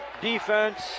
defense